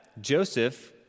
Joseph